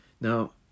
Now